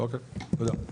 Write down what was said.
אוקיי, תודה.